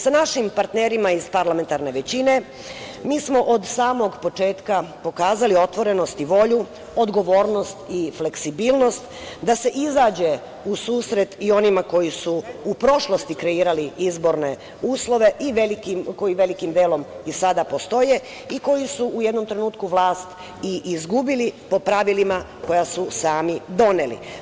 Sa našim partnerima iz parlamentarne većine, mi smo od samog početka pokazali otvorenost i volju, odgovornost i fleksibilnost, da se izađe u susret i onima koji su u prošlosti kreirali izborne uslove i koji velikim delom i sada postoje i koji su u jednom trenutku vlast i izgubili po pravilima koja su sami doneli.